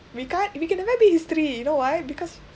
we can't we can never be history you know why because